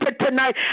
tonight